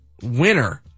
winner